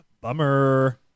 Bummer